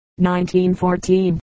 1914